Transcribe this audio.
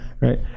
right